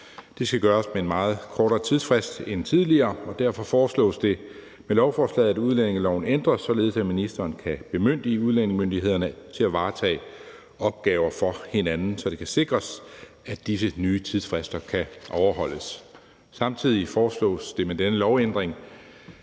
Det skal gøres med en meget kortere tidsfrist end tidligere, og derfor foreslås det med lovforslaget, at udlændingeloven ændres, således at ministeren kan bemyndige udlændingemyndighederne til at varetage opgaver for hinanden, så det kan sikres, at disse nye tidsfrister kan overholdes. Samtidig foreslås det med denne lovændring,